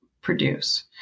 produce